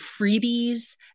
freebies